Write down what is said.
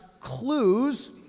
clues